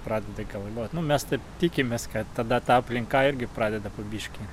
pradeda galvot nu mes taip tikimės kad tada ta aplinka irgi pradeda po biškį